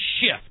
shift